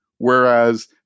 Whereas